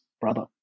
brother